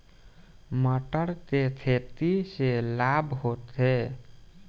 मटर के खेती से लाभ होखे?